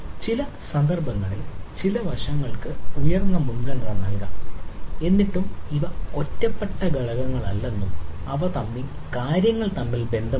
ചില സന്ദർഭങ്ങളിൽ ചില വശങ്ങൾക്ക് ഉയർന്ന മുൻഗണന നൽകാം എന്നിട്ടും ഇവ ഒറ്റപ്പെട്ട ഘടകങ്ങളല്ലെങ്കിലും അവ തമ്മിൽ കാര്യങ്ങൾ തമ്മിൽ ബന്ധമുണ്ട്